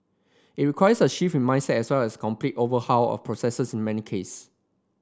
it requires a shift in mindset as well as a complete overhaul of processes in many case